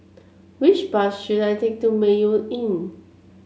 which bus should I take to Mayo Inn